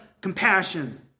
compassion